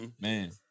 Man